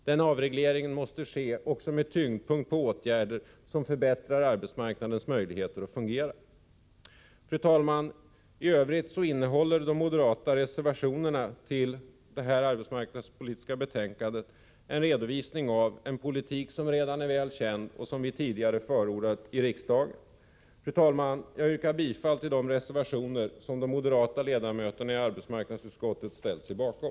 Denna avreglering måste ske med tyngdpunkt på åtgärder som förbättrar arbetsmarknadens möjligheter att fungera. Fru talman! I övrigt innehåller de moderata reservationerna till detta arbetsmarknadspolitiska betänkande en redovisning av en politik som redan är väl känd och som vi tidigare har förordat i riksdagen. Fru talman! Jag yrkar bifall till de reservationer som de moderata ledamöterna i arbetsmarknadsutskottet har ställt sig bakom.